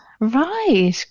Right